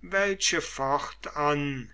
welche fortan